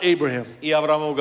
Abraham